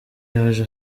yaje